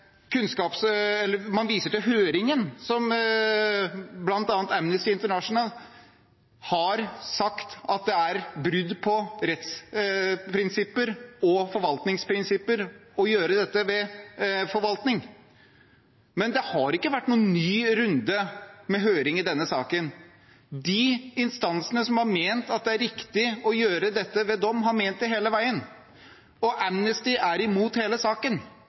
det er brudd på rettsprinsipper og forvaltningsprinsipper å gjøre dette ved forvaltning. Men det har ikke vært noen ny runde med høring i denne saken. De instansene som har ment at det er riktig å gjøre dette ved dom, har ment det hele veien, og Amnesty er imot hele saken.